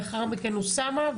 לאחר מכן אוסאמה,